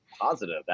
positive